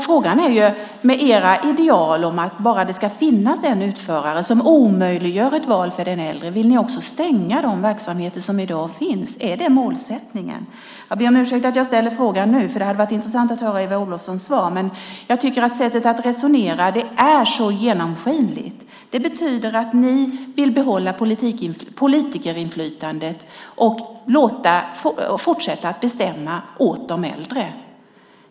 Frågan är, mot bakgrund av ert ideal att det bara ska finnas en utförare vilket omöjliggör ett val för den äldre, om ni också vill stänga de verksamheter som i dag finns? Är det målsättningen? Jag ber om ursäkt att jag ställer frågan nu när Eva Olofsson inte har någon replik kvar, för det hade varit intressant att höra hennes svar, men jag tycker att sättet att resonera är så genomskinligt. Det betyder att ni vill behålla politikerinflytandet och fortsätta bestämma åt de äldre.